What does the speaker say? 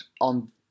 on